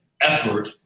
effort